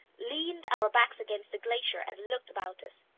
leaned our backs against the glacier and looked about us.